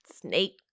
snake